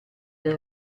del